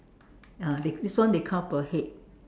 ya this one they count per head